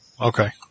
Okay